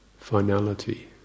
finality